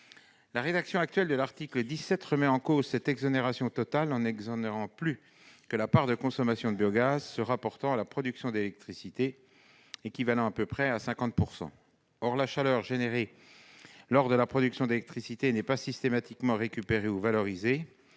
La rédaction actuelle de l'article 17 remet en cause cette exonération totale en n'exonérant plus que la part de consommation de biogaz se rapportant à la production d'électricité, soit environ 50 %. Or la chaleur générée lors de la production d'électricité n'est pas systématiquement récupérée ou valorisée,